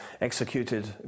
executed